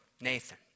Nathan